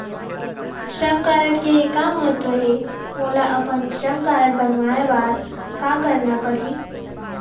श्रम कारड के का महत्व हे, मोला अपन श्रम कारड बनवाए बार का करना पढ़ही?